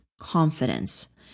confidence